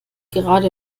gerade